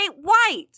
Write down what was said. white